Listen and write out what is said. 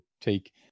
take